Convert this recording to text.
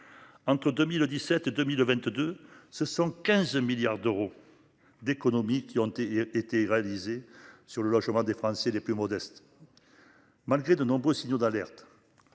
Entre 2017 2022 ce 115 milliards d'euros d'économies qui ont été réalisées sur le logement des Français les plus modestes. Malgré de nombreux signaux d'alerte.